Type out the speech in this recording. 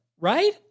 right